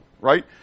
right